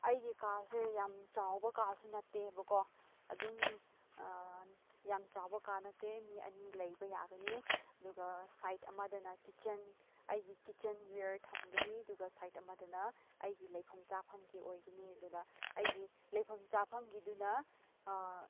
ꯑꯩꯒꯤ ꯀꯥꯁꯦ ꯌꯥꯝ ꯆꯥꯎꯕ ꯀꯥꯁꯨ ꯅꯠꯇꯦꯕ ꯀꯣ ꯑꯗꯨꯝ ꯌꯥꯝ ꯆꯥꯎꯕ ꯀꯥ ꯅꯠꯇꯦ ꯃꯤ ꯑꯅꯤ ꯂꯩꯕ ꯌꯥꯒꯅꯤ ꯑꯗꯨꯒ ꯁꯥꯏꯠ ꯑꯃꯗꯅ ꯀꯤꯆꯟ ꯑꯩꯒꯤ ꯀꯤꯆꯟꯋꯦꯌꯔ ꯊꯝꯒꯅꯤ ꯑꯗꯨꯒ ꯁꯥꯏꯠ ꯑꯃꯗꯅ ꯑꯩꯒꯤ ꯂꯩꯐꯝ ꯆꯥꯐꯝꯒꯤ ꯑꯣꯏꯒꯅꯤ ꯑꯗꯨꯅ ꯑꯩꯒꯤ ꯂꯩꯐꯝ ꯆꯥꯐꯝꯒꯤꯗꯨꯅ